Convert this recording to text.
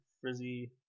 frizzy